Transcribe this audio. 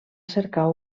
cercar